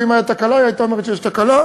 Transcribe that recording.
ואם הייתה תקלה היא הייתה אומרת שיש תקלה.